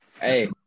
Hey